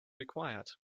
required